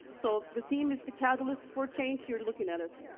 so the theme is the catalyst for change. you're looking at it.